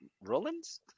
Rollins